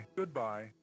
goodbye